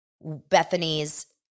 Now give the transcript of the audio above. Bethany's